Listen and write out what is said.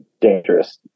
dangerous